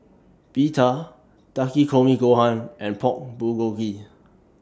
Pita Takikomi Gohan and Pork Bulgogi